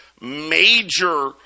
major